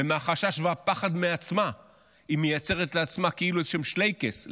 ומהחשש ומהפחד מעצמה היא מייצרת לעצמה כאילו איזשהם שלייקעס,